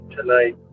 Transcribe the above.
tonight